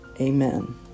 Amen